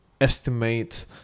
estimate